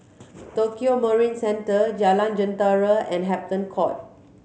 Tokio Marine Centre Jalan Jentera and Hampton Court